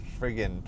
friggin